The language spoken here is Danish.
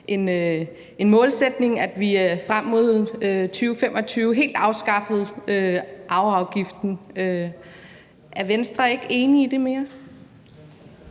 en målsætning, at vi frem mod 2025 helt afskaffede arveafgiften. Er Venstre ikke længere enig